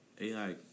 AI